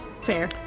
Fair